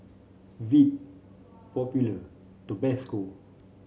Veet Popular Tabasco